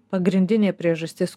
pagrindinė priežastis